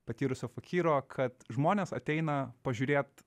patyrusio fakyro kad žmonės ateina pažiūrėt